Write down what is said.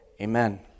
Amen